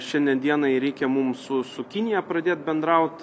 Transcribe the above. šiandien dienai reikia mum su su kinija pradėt bendraut